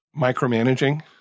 micromanaging